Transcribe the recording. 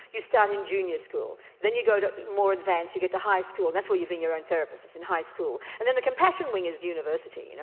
you start in junior school, then you go to more advanced, you go to high school and that's where you're being your own therapist, is in high school. and then the compassion wing is university. you know